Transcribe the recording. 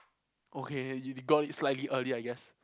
okay you got it slightly early I guess